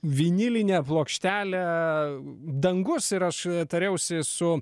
vinilinę plokštelę dangus ir aš tariausi su